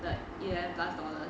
like U_S plus dollars